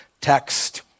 text